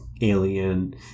alien